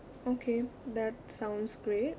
okay that sounds great